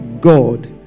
God